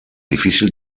difícil